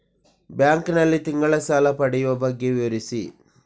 Bank ನಲ್ಲಿ ತಿಂಗಳ ಸಾಲ ಪಡೆಯುವ ಬಗ್ಗೆ ವಿವರಿಸಿ?